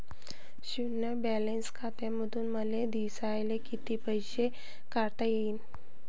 शुन्य बॅलन्स खात्यामंधून मले दिवसाले कितीक पैसे काढता येईन?